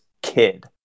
kid